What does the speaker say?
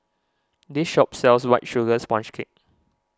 this shop sells White Sugar Sponge Cake